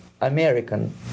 American